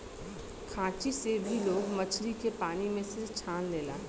खांची से भी लोग मछरी के पानी में से छान लेला